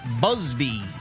Busby